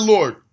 Lord